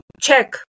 check